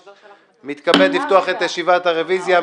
אני מתכבד לפתוח את ישיבת ועדת הכנסת.